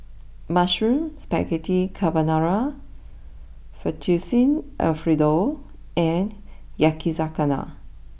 Mushroom Spaghetti Carbonara Fettuccine Alfredo and Yakizakana